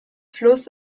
fluss